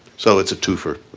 so it's a twofer.